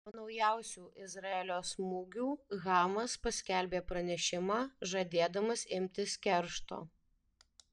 po naujausių izraelio smūgių hamas paskelbė pranešimą žadėdamas imtis keršto